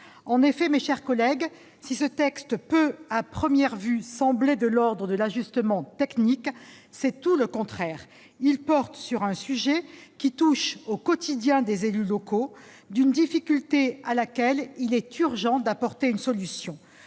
En effet, si ce texte peut, à première vue, sembler de l'ordre de l'ajustement technique, il est, en réalité, tout le contraire : il porte sur un sujet qui touche au quotidien des élus locaux, sur une difficulté à laquelle il est urgent d'apporter une solution.